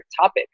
topic